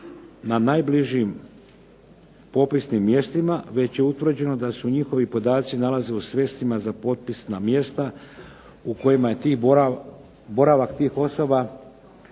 na najbližim popisnim mjestima već je utvrđeno da su njihovi podaci nalaze u svescima za potpisna mjesta u kojima je boravak tih osoba